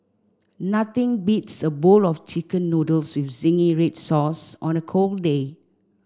nothing beats a bowl of chicken noodles with zingy red sauce on a cold day